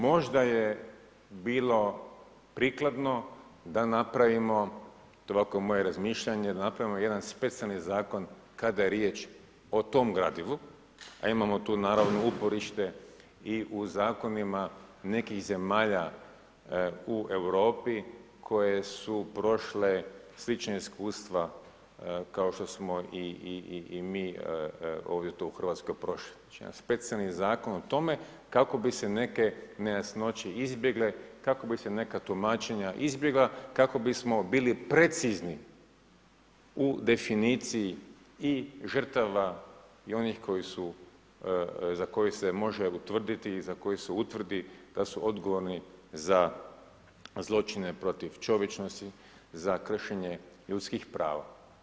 Možda je bilo prikladno da napravimo, to je ovako moje razmišljanje, da napravimo jedan specijalni zakon kada je riječ o tom gradivu, a imamo tu naravno uporište i u zakonima nekih zemalja u Europi koje se prošle slična iskustva kao što smo i mi ovdje tu u Hrvatskoj prošli, znači jedan specijalni zakon o tome kako bi se neke nejasnoće izbjegle, kako bi se neka tumačenja izbjegla, kako bismo bili precizni u definiciji i žrtava i onih za koje se može utvrditi i za koje se utvrdi da su odgovorni za zločine protiv čovječnosti, za kršenje ljudskih prava.